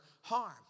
harm